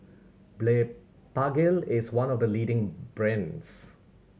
Blephagel is one of the leading brands